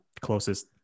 Closest